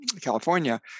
California